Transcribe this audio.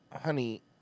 honey